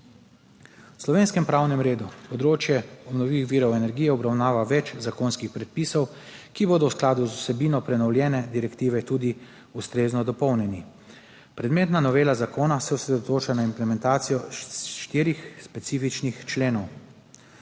V slovenskem pravnem redu področje obnovljivih virov energije obravnava več zakonskih predpisov, ki bodo v skladu z vsebino prenovljene direktive tudi ustrezno dopolnjeni. Predmetna novela zakona se osredotoča na implementacijo štirih specifičnih členov.